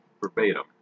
verbatim